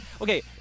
okay